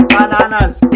Bananas